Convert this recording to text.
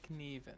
McNeven